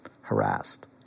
harassed